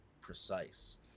precise